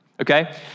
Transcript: Okay